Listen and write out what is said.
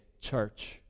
church